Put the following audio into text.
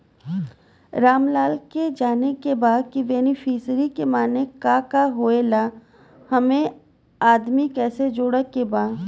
रामलाल के जाने के बा की बेनिफिसरी के माने का का होए ला एमे आदमी कैसे जोड़े के बा?